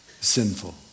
sinful